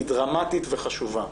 היא דרמטית וחשובה.